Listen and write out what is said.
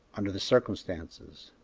under the circumstances.